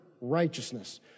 righteousness